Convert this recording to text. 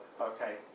okay